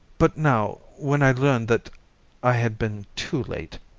but now, when i learned that i had been too late,